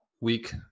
Week